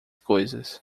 coisas